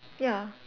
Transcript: ya